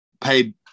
paid